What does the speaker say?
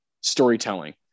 storytelling